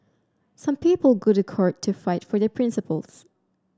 some people go to court to fight for their principles